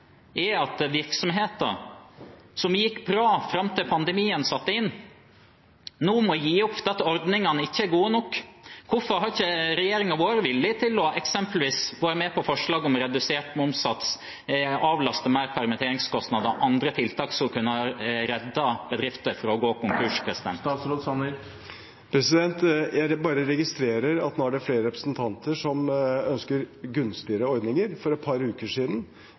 er at virksomheter som gikk bra fram til pandemien satte inn, nå må gi opp fordi ordningene ikke er gode nok. Hvorfor har ikke regjeringen vært villig til eksempelvis å være med på forslaget om redusert momssats, avlaste permitteringskostnadene mer og andre tiltak som kunne ha reddet bedrifter fra å gå konkurs? Jeg registrerer at nå er det flere representanter som ønsker gunstigere ordninger. For et par uker siden